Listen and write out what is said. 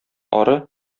ары